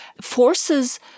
forces